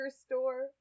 store